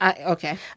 Okay